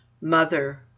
mother